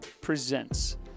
Presents